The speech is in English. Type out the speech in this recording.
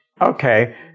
okay